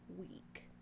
week